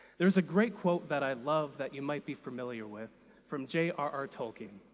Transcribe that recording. there's a great quote that i love that you might be familiar with from j. r. r. tolkien,